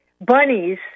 bunnies